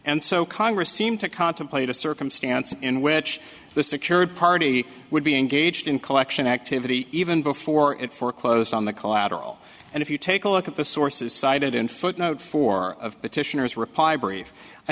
and so congress seem to contemplate a circumstance in which the secured party would be engaged in collection activity even before it foreclosed on the collateral and if you take a look at the sources cited in footnote four of